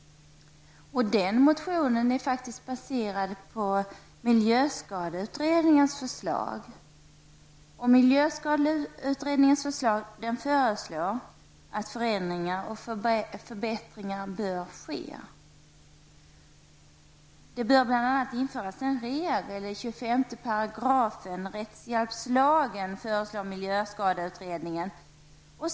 Den motionen är faktiskt baserad på miljöskadeutredningens förslag. Miljöskadeutredningen föreslår att förändringar och förbättringar bör ske. Det bör införas en regel i 25 § i rättshjälpslagen, föreslår miljöskadeutredningen.